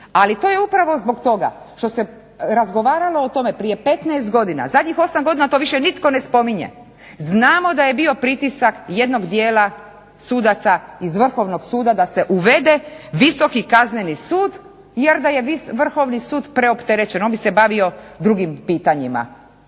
Ali to je upravo zbog toga što se razgovaralo o tome prije 15 godina, zadnjih 8 godina to više nitko ne spominje. Znamo da je bio pritisak jednog dijela sudaca iz Vrhovnog suda da se uvede visoki kazneni sud jer da je Vrhovni sud preopterećen, on bi se bavio drugim pitanjima,